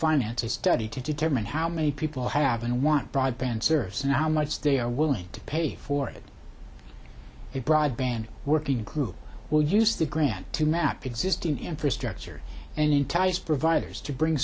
finance a study to determine how many people have and want broadband service and how much they are willing to pay for it the broadband working group will use the grant to map existing infrastructure and entice providers to bring